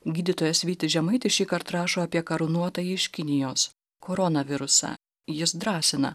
gydytojas vytis žemaitis šįkart rašo apie karūnuotąjį iš kinijos koronavirusą jis drąsina